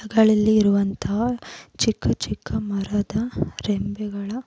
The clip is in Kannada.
ಹೊಲಗಳಲ್ಲಿ ಇರುವಂತಹ ಚಿಕ್ಕ ಚಿಕ್ಕ ಮರದ ರೆಂಬೆಗಳ